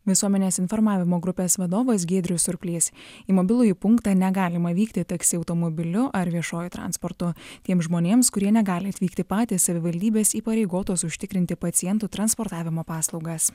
visuomenės informavimo grupės vadovas giedrius surplys į mobilųjį punktą negalima vykti taksi automobiliu ar viešuoju transportu tiems žmonėms kurie negali atvykti patys savivaldybės įpareigotos užtikrinti pacientų transportavimo paslaugas